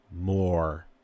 more